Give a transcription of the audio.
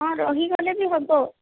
ହଁ ରହିଗଲେ ବି ହେବ